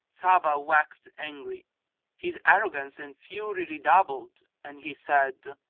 sabbah waxed angry his arrogance and fury redoubled and he said,